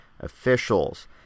officials